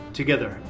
together